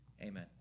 Amen